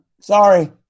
sorry